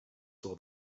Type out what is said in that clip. saw